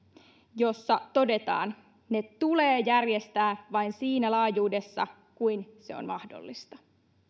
jossa todetaan ne tulee järjestää vain siinä laajuudessa kuin se on mahdollista